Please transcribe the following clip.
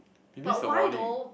maybe is a warning